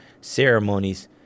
ceremonies